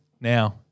Now